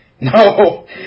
No